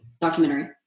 documentary